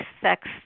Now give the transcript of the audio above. sex